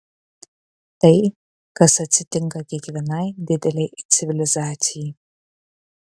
tai kas atsitinka kiekvienai didelei civilizacijai